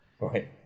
Right